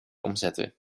omzetten